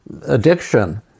Addiction